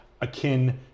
akin